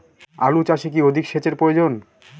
আলু চাষে কি অধিক সেচের প্রয়োজন?